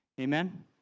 Amen